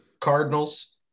Cardinals